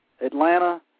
Atlanta